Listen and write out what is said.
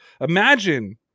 Imagine